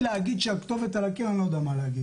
מלהגיד שהכתובת על הקיר אני לא יודע מה להגיד.